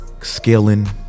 Scaling